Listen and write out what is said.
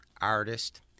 artist